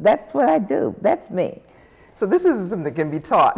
that's what i do that's me so this isn't that can be taught